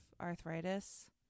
arthritis